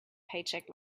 paycheck